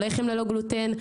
לחם ללא גלוטן,